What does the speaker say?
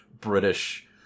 British